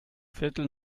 viertel